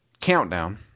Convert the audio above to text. countdown